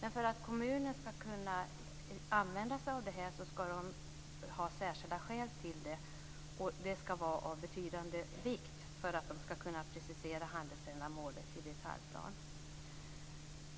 Men för att kommunen skall kunna precisera handelsändamålet i detaljplan skall det finnas särskilda skäl av betydande vikt.